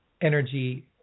energy